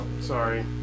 Sorry